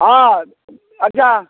हँ अच्छा